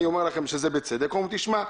תשמע,